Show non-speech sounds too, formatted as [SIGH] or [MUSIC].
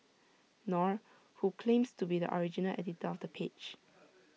nor who claims to be the original editor of the page [NOISE]